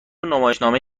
نمایشنامه